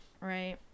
right